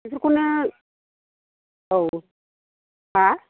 बेफोरखौनो औ मा